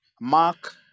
Mark